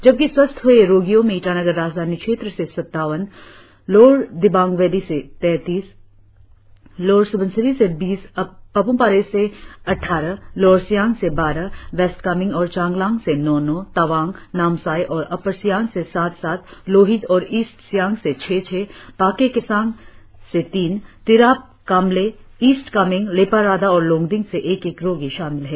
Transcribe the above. जबकि स्वस्थ हए रोगियों में ईटानगर राजधानी क्षेत्र से सत्तावन लोअर दिबांग वैली से तैतीस लोअर सुबनसिरी से बीस पाप्मपारे से अद्वारह लोअर सियांग से बारह वेस्ट कामेंग और चांगलांग से नौ नौ तवांग नामसाई और अपर सियांग से सात सात लोहित और ईस्ट सियांग से छह छह पाक्के केसांग तीन तिरप कामले ईस्ट कामेंग लेपारादा और लोंगडिंग से एक एक रोगी शामिल है